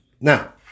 Now